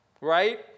Right